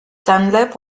dunlap